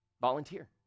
Volunteer